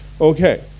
Okay